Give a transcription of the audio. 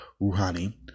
Rouhani